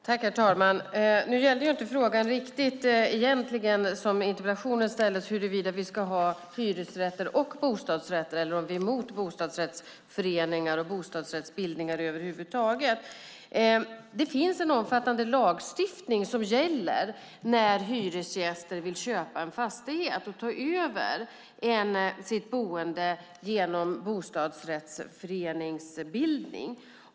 Herr talman! Som interpellationen är ställd gällde frågan egentligen inte huruvida vi ska ha hyresrätter och bostadsrätter eller om vi är emot bostadsrättsföreningar och bostadsrättsbildningar över huvud taget. Det finns en omfattande lagstiftning som gäller när hyresgäster vill köpa en fastighet och ta över sitt boende genom en bostadsrättsföreningsbildning.